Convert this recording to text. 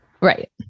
Right